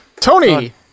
Tony